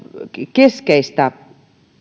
keskeistä